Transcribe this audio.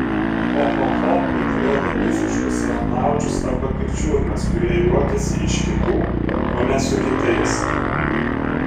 cho cho cho išduoda visiškus savanaudžius arba pikčiurnas kurie juokiasi iš kitų o ne su kitais